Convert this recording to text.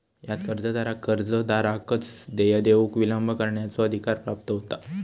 ह्यात कर्जदाराक कर्जदाराकच देय देऊक विलंब करण्याचो अधिकार प्राप्त होता